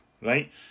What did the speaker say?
right